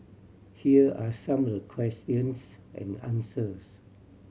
here are some the questions and answers